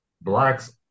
blacks